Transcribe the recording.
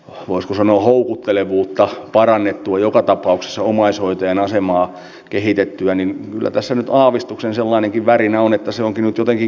huusko sanoo houkuttelevuutta parannettua joka tapauksessa omaishoitajan asemaa kehitettyä niin kyllä tässä nyt aavistuksen sellainenkin värinä on että se onkin otollinen